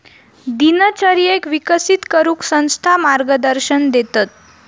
दिनचर्येक विकसित करूक संस्था मार्गदर्शन देतत